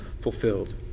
fulfilled